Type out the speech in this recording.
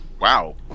Wow